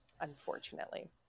Unfortunately